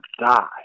die